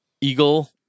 Eagle